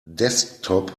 desktop